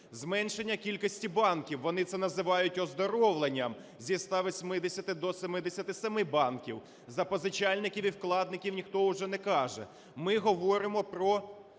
зменшення кількості банків, вони це називають оздоровленням, із 180 до 77 банків, за позичальників і вкладників ніхто вже не каже. Ми говоримо про